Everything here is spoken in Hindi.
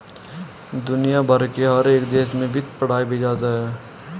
दुनिया भर के हर एक देश में वित्त पढ़ाया भी जाता है